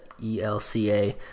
ELCA